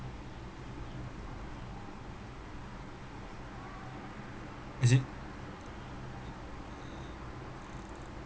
is it